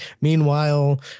meanwhile